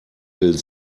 will